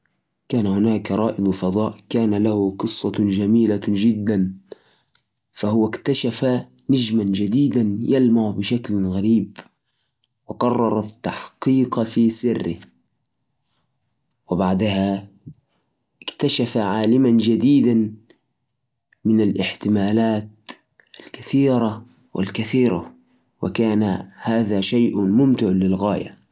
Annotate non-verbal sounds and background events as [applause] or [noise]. ذات مساء اكتشف رائد فضاء نجماً جديداً [noise] يلمع بشكل غريب قرر ان يوجه مركبة الفضائية ناحيته عشان يقرب ويشوف السالفة كل ما يقرب يحس كأن النجم يناديه بصوت ما يسمعه لكن يتفهمه اول ما وصل اكتشف انه ما هو نجم عادي بل بوابه لعالم ثاني مجهول